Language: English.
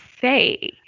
say